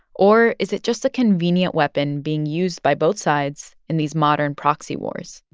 or is it just a convenient weapon being used by both sides in these modern proxy wars?